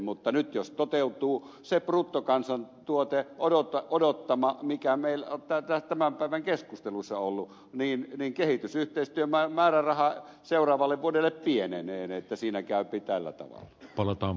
mutta nyt jos toteutuu se bruttokansantuoteodottama mikä tämän päivän keskusteluissa on ollut niin kehitysyhteistyömääräraha seuraavalle vuodelle pienenee niin että siinä käypi tällä tavalla